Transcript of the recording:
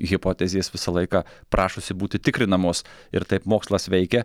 hipotezės visą laiką prašosi būti tikrinamos ir taip mokslas veikia